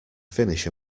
finish